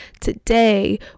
Today